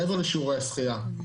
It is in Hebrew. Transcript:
מעבר לשיעורי השחייה.